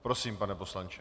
Prosím, pane poslanče.